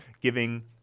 giving